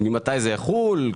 ומתי זה יחול.